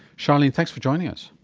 charlene, thanks for joining us.